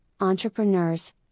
entrepreneurs